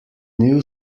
new